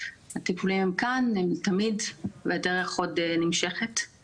הטיפולים הם כאן, הם תמיד והדרך עוד ארוכה ונמשכת.